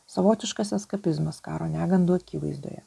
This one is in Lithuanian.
savotiškas eskapizmas karo negandų akivaizdoje